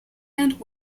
and